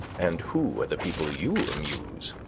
and who are the people you amuse?